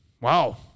wow